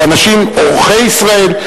או אנשים אורחי ישראל.